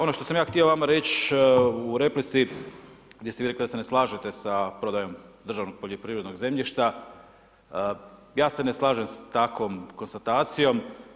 Ono što sam ja htio vama reći u replici gdje ste vi rekli da se ne slažete sa prodajom državnog poljoprivrednog zemljišta, ja se ne slažem s takvom konstatacijom.